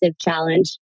Challenge